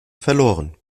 verloren